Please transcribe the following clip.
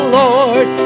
lord